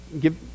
give